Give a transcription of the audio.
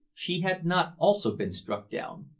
she had not also been struck down.